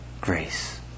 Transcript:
grace